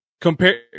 compare